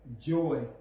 joy